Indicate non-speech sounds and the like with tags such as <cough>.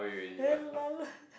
eh lol <breath>